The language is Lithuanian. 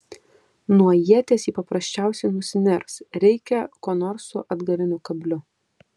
nuo ieties ji paprasčiausiai nusiners reikia ko nors su atgaliniu kabliu